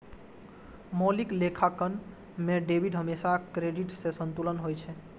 मौलिक लेखांकन मे डेबिट हमेशा क्रेडिट सं संतुलित होइ छै